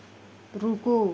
रूको